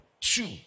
Two